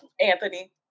Anthony